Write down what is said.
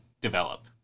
develop